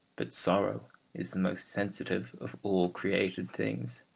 but sorrow is the most sensitive of all created things.